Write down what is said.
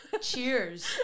Cheers